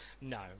No